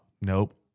nope